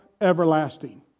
everlasting